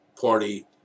party